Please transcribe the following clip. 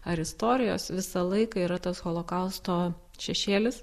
ar istorijos visą laiką yra tas holokausto šešėlis